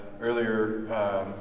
earlier